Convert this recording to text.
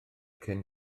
cyn